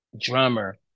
drummer